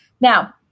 Now